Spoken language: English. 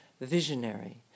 visionary